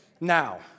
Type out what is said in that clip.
now